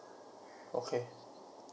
okay